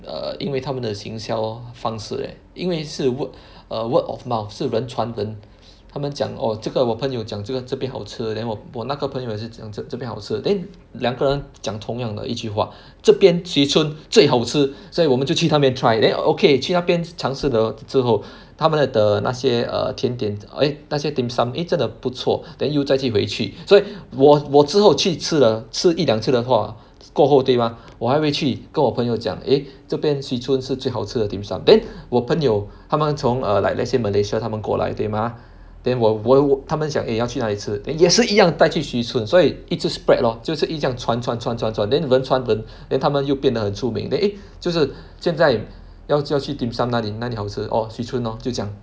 err 因为他们的营销方式 leh 因为是 word err word of mouth 是人传人他们讲 orh 这个我朋友讲这个这边好吃 then 我我那个朋友也是讲这这边好吃 then 两个人讲同样的一句话这边 Swee-Choon 最好吃所以我们就去那边 try then okay 去那边尝试的之后他们的那些 err 甜点 eh 那些 dim sum eh 真的不错 then 又在去回去所以我我之后去吃 ah 吃一两次的话过后对吗我还回去跟我朋友讲 eh 这边 Swee-Choon 是最好吃的 dim sum then 我朋友他们从 err like let's say Malaysia 他们过来对吗 then 我我我他们想 eh 要去哪里吃 then 也是一样带去 Swee-Choon 所以一直 spread lor 就是一直这样传传传传传 then 人传人 then 他们又变得很出名 then eh 就是现在要叫去 dim sum 哪里哪里好吃 orh Swee-Choon lor 就这样